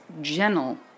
gentle